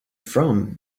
from